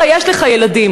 הרי יש לך ילדים,